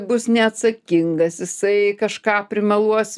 bus neatsakingas jisai kažką primeluos